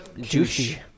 Juicy